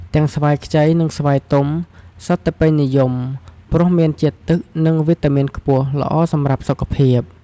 ទាំងស្វាយខ្ចី និងស្វាយទុំ សុទ្ធតែពេញនិយម ព្រោះមានជាតិទឹក និងវីតាមីនខ្ពស់ ល្អសម្រាប់សុខភាព។